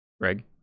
Greg